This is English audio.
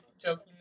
jokingly